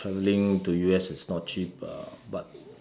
travelling to U_S is not cheap uh but